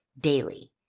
daily